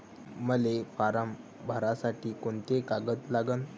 मले फारम भरासाठी कोंते कागद लागन?